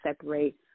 separate